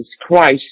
Christ